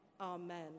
amen